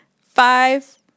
five